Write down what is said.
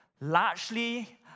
Largely